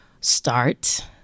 start